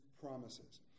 promises